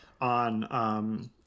on